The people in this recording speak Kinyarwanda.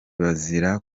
bazira